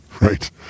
right